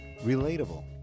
relatable